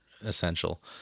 essential